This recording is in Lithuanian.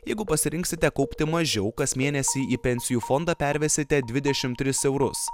jeigu pasirinksite kaupti mažiau kas mėnesį į pensijų fondą pervesite dvidešim tris eurus